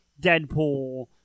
Deadpool